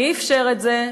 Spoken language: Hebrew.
מי אפשר את זה?